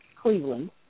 Cleveland